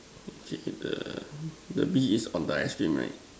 okay the the bee is on the ice cream right